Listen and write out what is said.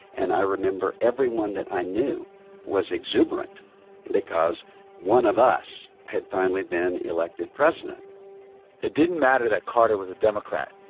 and i remember everyone that i knew was exuberant because one of us had finally been elected president it didn't matter that carter was a democrat.